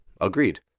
agreed